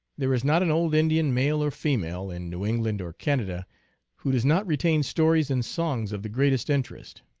there is not an old indian, male or female, in new england or canada who does not retain stories and songs of the greatest interest.